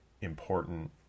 important